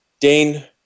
Dane